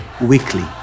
weekly